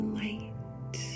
light